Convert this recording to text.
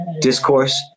Discourse